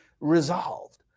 resolved